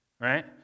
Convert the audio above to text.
Right